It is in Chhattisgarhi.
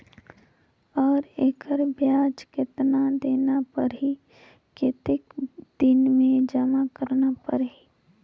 और एकर ब्याज कतना देना परही कतेक दिन मे जमा करना परही??